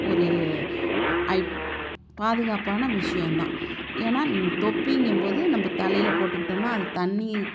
ஒரு ஐட் பாதுகாப்பான விஷயந்தான் ஏன்னால் தொப்பிங்கும் போது நம்ப தலையில் போட்டுக்கிட்டோம்னால் அது தண்ணி